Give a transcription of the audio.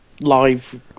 live